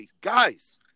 Guys